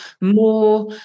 more